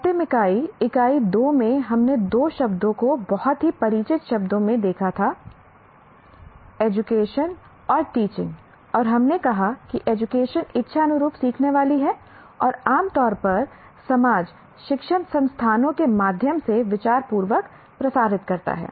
अंतिम इकाई इकाई 2 में हमने दो शब्दों को बहुत ही परिचित शब्दों में देखा था एजुकेशन और टीचिंग और हमने कहा कि एजुकेशन इच्छा अनुरूप सीखने वाली है और आम तौर पर समाज शिक्षण संस्थानों के माध्यम से विचार पूर्वक प्रसारित करता है